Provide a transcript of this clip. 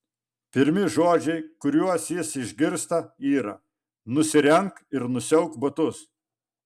pirmi žodžiai kuriuos jis išgirsta yra nusirenk ir nusiauk batus